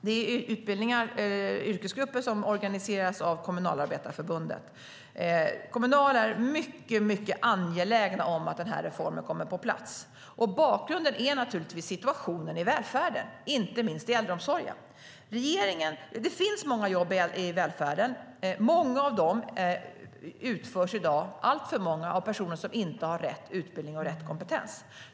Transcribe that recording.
Det är yrkesgrupper som organiseras av Kommunalarbetareförbundet.Kommunal är mycket angeläget om att den här reformen kommer på plats. Bakgrunden är naturligtvis situationen i välfärden, inte minst i äldreomsorgen. Det finns många jobb i välfärden, och alltför många av dem utförs i dag av personer som inte har rätt utbildning och rätt kompetens.